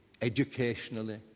educationally